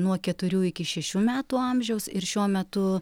nuo keturių iki šešių metų amžiaus ir šiuo metu